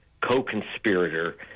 co-conspirator